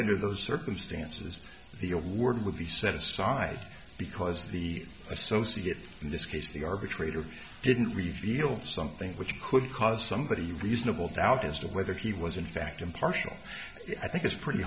under those circumstances the old word would be set aside because the associate in this case the arbitrator didn't reveal something which could cause somebody reasonable doubt as to whether he was in fact impartial i think it's pretty